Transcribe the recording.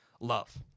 love